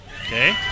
Okay